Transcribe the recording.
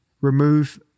remove